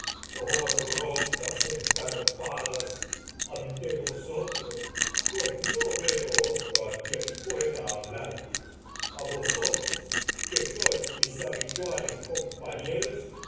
rocas escarpadas ante a vosotros que pues otro quien pueda hablar vosotros sois mis la habituales compañeros